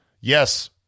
Yes